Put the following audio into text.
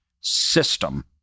system